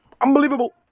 Unbelievable